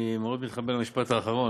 אני מתחבר מאוד למשפט האחרון,